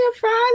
Friday